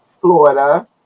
Florida